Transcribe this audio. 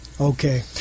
Okay